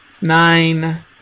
nine